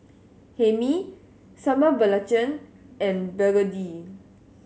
Hae Mee Sambal Belacan and begedil